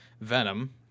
Venom